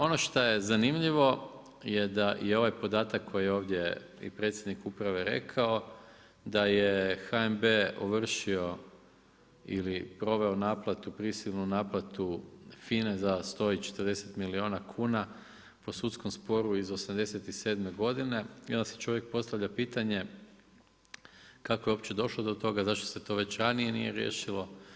Ono što je zanimljivo je da je ovaj podatak koji je ovdje i predsjednik uprave rekao, da je HNB ovršio ili proveo naplatu prisilnu naplatu FINA-e za 140 milijuna kuna po sudskom sporu iz '87. godine i onda si čovjek postavlja pitanje kako je uopće došlo do toga, zašto se to već ranije nije riješilo.